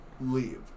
leave